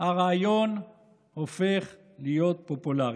הרעיון הופך להיות פופולרי.